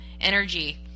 energy